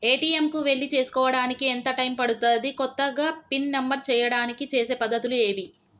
ATM కు వెళ్లి చేసుకోవడానికి ఎంత టైం పడుతది? కొత్తగా పిన్ నంబర్ చేయడానికి చేసే పద్ధతులు ఏవి?